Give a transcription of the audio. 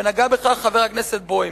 נגע בכך חבר הכנסת בוים,